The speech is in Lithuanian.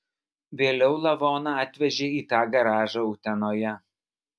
vėliau lavoną atvežė į tą garažą utenoje